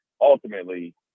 ultimately